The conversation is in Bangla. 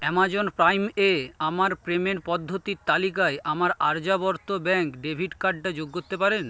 অ্যামাজন প্রাইমে আমার প্রেমের পদ্ধতির তালিকায় আমার আর্যাবর্ত ব্যাংক ডেবিট কার্ডটা যোগ করতে পারেন